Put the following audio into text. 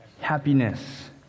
happiness